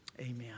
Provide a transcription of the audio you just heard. Amen